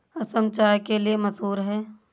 असम चाय के लिए मशहूर है